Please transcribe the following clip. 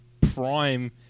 prime